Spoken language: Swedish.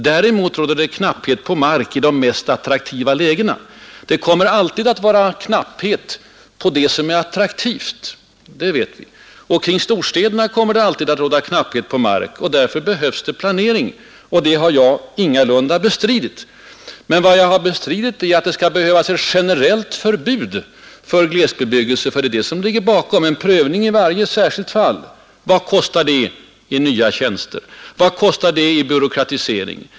Däremot råder det knapphet på mark i de mest attraktiva lägena. Det kommer alltid att råda knapphet på sådant som är attraktivt. Det vet vi. Kring storstäderna kommer det alltid att råda brist på mark. Där behövs planering, vilket jag ingalunda har bestridit. Men vad jag har bestridit är att det skulle behövas generellt förbud mot glesbebyggelse, det är ju det som ligger bakom utskottsmajoritetens ståndpunkt. Vad kostar en prövning av varje särskilt fall av glesbebyggelse i nya tjänster och i ytterligare byråkratisering?